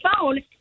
phone